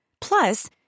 Plus